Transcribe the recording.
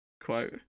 quote